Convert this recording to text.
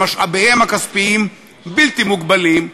שמשאביהם הכספיים בלתי מוגבלים,